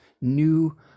new